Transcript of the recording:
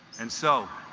and so